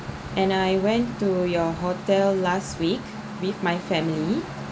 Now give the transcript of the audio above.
and I went to your hotel last week with my family